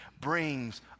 brings